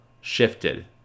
shifted